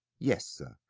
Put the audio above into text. yes, sir.